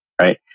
right